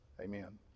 amen